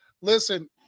Listen